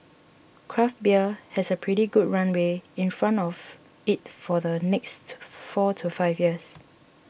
craft beer has a pretty good runway in front of it for the next four to five years